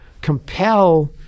compel